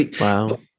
Wow